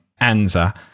Anza